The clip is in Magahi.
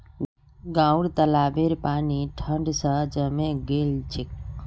गांउर तालाबेर पानी ठंड स जमें गेल छेक